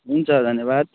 हुन्छ धन्यवाद